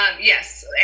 Yes